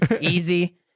easy